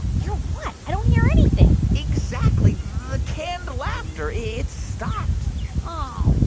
hear what? i don't hear anything exactly. the canned laughter, it stopped um